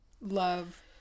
love